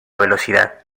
velocidad